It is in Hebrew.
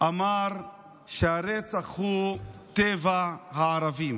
אמר שהרצח הוא טבע הערבים.